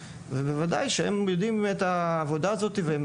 ובוודאי שהם יודעים את העבודה הזאת והם